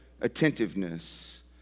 attentiveness